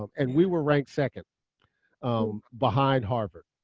um and we were ranked second um behind harvard.